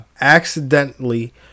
accidentally